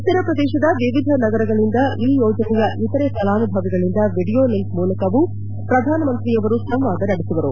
ಉತ್ತರಪ್ರದೇಶದ ವಿವಿಧ ನಗರಗಳಿಂದ ಈ ಯೋಜನೆಯ ಇತರೆ ಫಲಾನುಭವಿಗಳಿಂದ ವೀಡಿಯೊ ಲಿಂಕ್ ಮೂಲಕವೂ ಪ್ರಧಾನಮಂತ್ರಿಯವರು ಸಂವಾದ ನಡೆಸುವರು